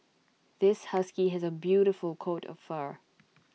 this husky has A beautiful coat of fur